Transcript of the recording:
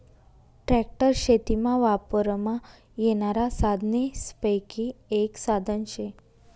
tractor शेतीमा वापरमा येनारा साधनेसपैकी एक साधन शे